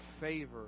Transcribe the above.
favor